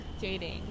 Dating